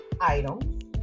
items